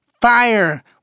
Fire